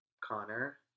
Connor